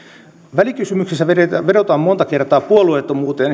välikysymyksessä vedotaan monta kertaa puolueettomuuteen